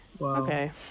Okay